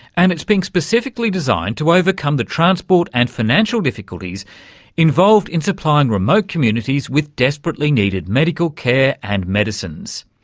and it's being specifically designed to overcome the transport and financial difficulties involved in supplying remote communities with desperately needed medical care and medicines,